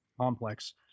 complex